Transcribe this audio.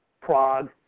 Prague